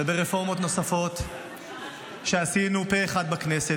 ורפורמות נוספות שעשינו פה אחד בכנסת,